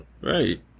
Right